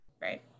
Right